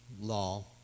law